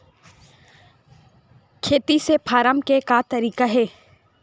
खेती से फारम के का तरीका हे?